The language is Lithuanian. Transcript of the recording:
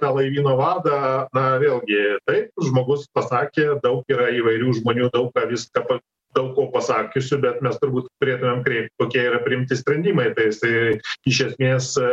tą laivyno vadą na vėlgi taip žmogus pasakė daug yra įvairių žmonių daug ką viską daug ko pasakiusių bet mes turbūt turėtumėm kreipt kokie yra priimti sprendimai tai jisai iš esmės